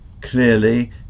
clearly